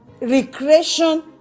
recreation